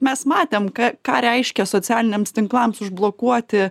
mes matėm ka ką reiškia socialiniams tinklams užblokuoti